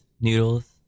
noodles